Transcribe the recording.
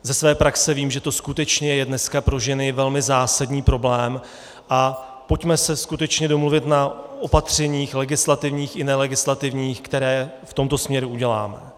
Ze své praxe vím, že to skutečně je dneska pro ženy velmi zásadní problém, a pojďme se skutečně domluvit na opatřeních, legislativních i nelegislativních, která v tomto směru uděláme.